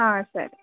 సరే